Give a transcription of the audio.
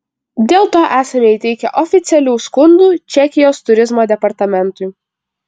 dėl to esame įteikę oficialių skundų čekijos turizmo departamentui